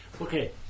Okay